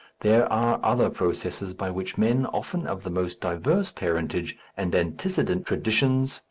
there are other processes by which men, often of the most diverse parentage and antecedent traditions,